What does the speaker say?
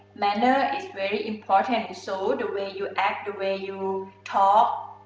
manner is very important. the so the way you act, the way you talk